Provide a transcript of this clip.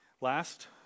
Last